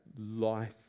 life